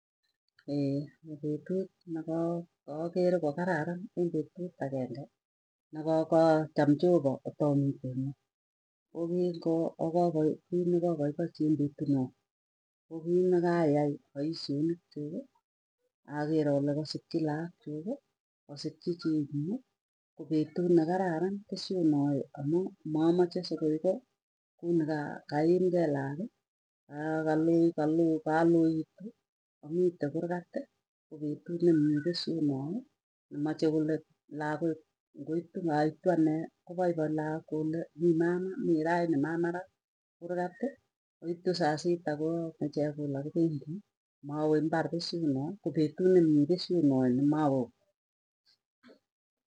Ee petut neka kakere kokararan eng petut agenge, ne kaa kacham jehova atamite ng'eny kokingo okokoi kiit nekapaipachi eng petuu naa kokiit nekayai poisyonik chuuki, aker ale kasikchi laak chuuki, kosikchi chii nyu ko petu nekararan pesyonoe amu mamache sokoi ko kouni ka kaikei laaki akaloitu. Amite kurgati kopetu nemie pesyonoe nemache kole lakook ngoitu ngaituu anee kopaipai laak kole mii mama mii raini mama ra kurgati, koitu saa sita koame chekula kopendii mawee mbarr, pesyoo na kope tuu nemie pesyonoe nemawe wui.